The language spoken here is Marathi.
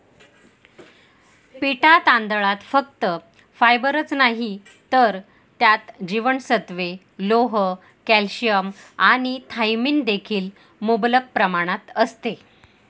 पिटा तांदळात फक्त फायबरच नाही तर त्यात जीवनसत्त्वे, लोह, कॅल्शियम आणि थायमिन देखील मुबलक प्रमाणात असते